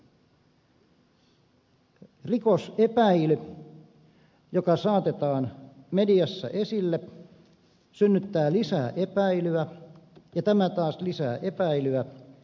rikosepäily joka saatetaan mediassa esille synnyttää lisää epäilyä ja tämä taas lisää epäilyä